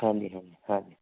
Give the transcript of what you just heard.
ਹਾਂਜੀ ਹਾਂਜੀ ਹਾਂਜੀ